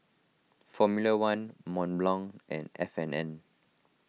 formula one Mont Blanc and F and N